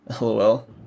LOL